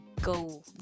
go